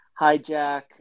hijack